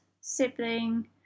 sibling